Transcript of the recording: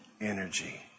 energy